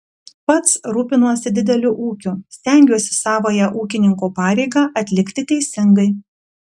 pats rūpinuosi dideliu ūkiu stengiuosi savąją ūkininko pareigą atlikti teisingai